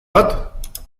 bat